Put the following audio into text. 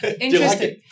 Interesting